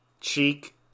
Cheek